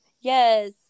Yes